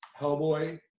Hellboy